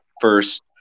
first